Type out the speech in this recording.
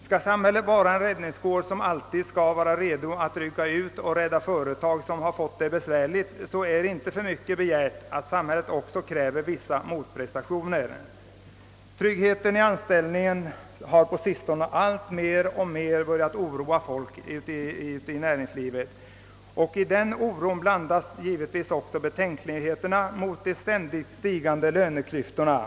Skall samhället vara en räddningskår, som alltid skall vara redo att rycka ut och rädda företag som har fått det besvärligt, så är det inte för mycket begärt att samhället också kräver vissa motprestationer. Tryggheten i anställningen har på sistone alltmer börjat oroa folk i näringslivet, och i den oron blandas givetvis betänkligheterna mot de ständigt stigande löneklyftorna in.